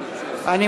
אני מתנצל.